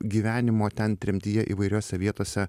gyvenimo ten tremtyje įvairiose vietose